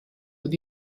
with